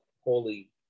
holy